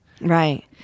Right